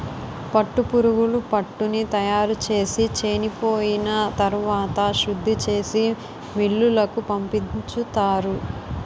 పట్టుపురుగులు పట్టుని తయారుచేసి చెనిపోయిన తరవాత శుద్ధిచేసి మిల్లులకు పంపించుతారు